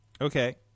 Okay